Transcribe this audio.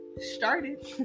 started